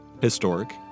historic